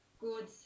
good